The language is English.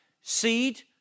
seed